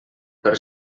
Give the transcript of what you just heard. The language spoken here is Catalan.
per